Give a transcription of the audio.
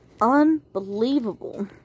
unbelievable